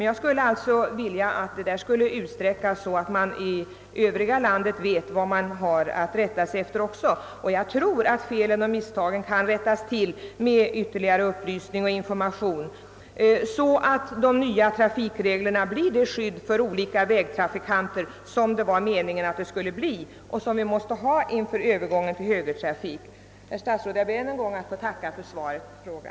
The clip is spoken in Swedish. Jag skulle önska att denna information utsträcktes, så att man också i det övriga landet finge veta vad man har att rätta sig efter. Felen och misstagen kan enligt min mening rättas till med ytterligare upplysning, så att de nya trafikreglerna blir det skydd för olika vägtrafikanter som avsikten var att de skulle bli och som vi måste ha inför övergången till högertrafik. Herr statsråd! Jag ber än en gång att få tacka för svaret på min fråga.